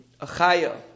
Achaya